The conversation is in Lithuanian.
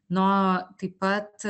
na o taip pat